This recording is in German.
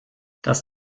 das